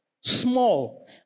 small